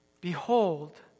Behold